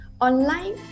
Online